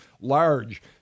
large